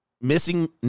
missing